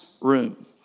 room